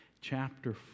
chapter